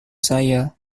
saya